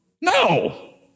No